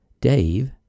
Dave